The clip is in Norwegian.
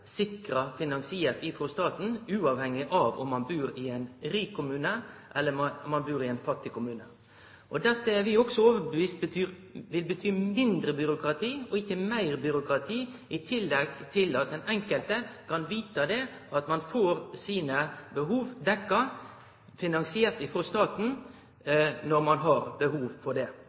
staten, uavhengig av om man bor i en rik kommune eller man bor i en fattig kommune. Dette er vi også overbevist om vil bety mindre byråkrati, og ikke mer byråkrati, i tillegg til at den enkelte kan vite at man får sine behov dekket, finansiert fra staten, når man har behov for det.